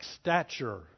stature